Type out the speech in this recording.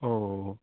अह